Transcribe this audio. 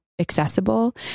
Accessible